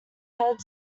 head